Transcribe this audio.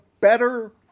better